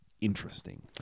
interesting